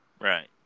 Right